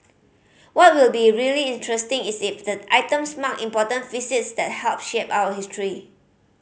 what will be really interesting is if the items marked important visits that helped shape our history